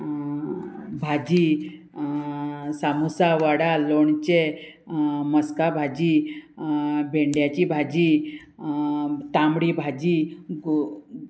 भाजी सामोसा वडा लोणचें मस्का भाजी भेंड्याची भाजी तांबडी भाजी गो